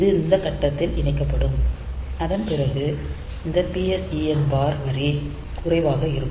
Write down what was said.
இது இந்த கட்டத்தில் இணைக்கப்படும் அதன் பிறகு இந்த PSEN பார் வரி குறைவாக இருக்கும்